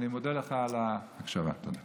אני מודה לך על ההקשבה, תודה.